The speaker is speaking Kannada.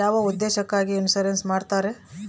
ಯಾವ ಉದ್ದೇಶಕ್ಕಾಗಿ ಇನ್ಸುರೆನ್ಸ್ ಮಾಡ್ತಾರೆ?